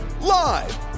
live